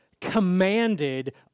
commanded